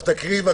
אז תקראי את